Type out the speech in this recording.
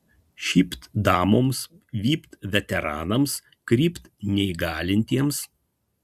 šypt damoms vypt veteranams krypt neįgalintiems